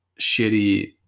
shitty